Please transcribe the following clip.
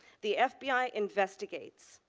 the fbi investigates.